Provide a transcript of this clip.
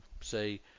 say